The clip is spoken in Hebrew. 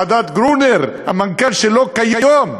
ועדת גרונר, המנכ"ל שלו כיום,